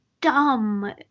dumb